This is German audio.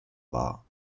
war